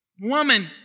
woman